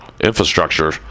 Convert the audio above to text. infrastructure